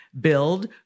Build